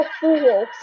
Fool's